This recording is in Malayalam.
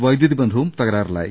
വൈദ്യുതി ബന്ധവും തകരാറിലായി